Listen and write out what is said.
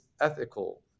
ethical